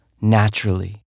naturally